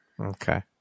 Okay